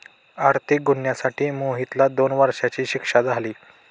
आर्थिक गुन्ह्यासाठी मोहितला दोन वर्षांची शिक्षा झाली